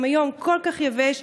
גם היום כל כך יבש,